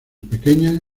pequeñas